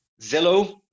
Zillow